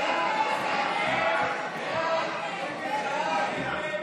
סעיף 1, כהצעת הוועדה,